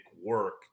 work